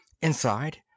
Inside